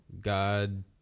God